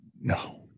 no